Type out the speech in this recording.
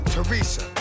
Teresa